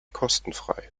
kostenfrei